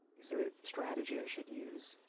is there a strategy i should use?